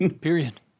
Period